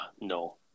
No